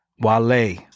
Wale